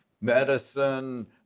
medicine